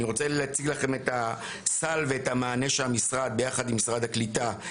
אני רוצה להציג לכם את הסל ואת המענה שהמשרד ביחד עם משרד האוצר.